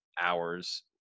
hours